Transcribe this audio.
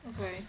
okay